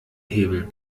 hebel